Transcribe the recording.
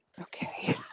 Okay